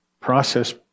process